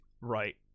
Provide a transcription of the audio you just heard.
Right